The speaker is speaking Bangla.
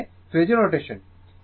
তার মানে ফেজোর নোটেশন